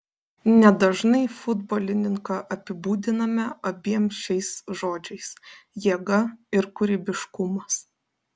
nedažnai futbolininką apibūdiname abiem šiais žodžiais jėga ir kūrybiškumas